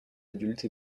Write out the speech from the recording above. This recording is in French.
adultes